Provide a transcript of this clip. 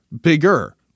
bigger